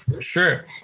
Sure